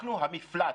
אנחנו המפלט,